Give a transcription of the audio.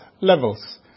levels